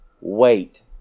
wait